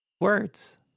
Words